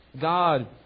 God